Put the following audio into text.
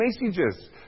messages